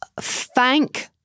thank